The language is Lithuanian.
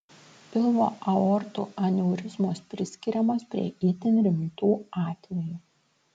pilvo aortų aneurizmos priskiriamos prie itin rimtų atvejų